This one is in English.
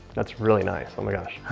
that's really nice, oh my gosh.